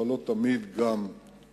אבל גם לא תמיד היא נכונה,